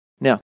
Now